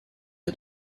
est